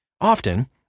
often